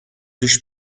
دوش